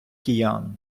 киян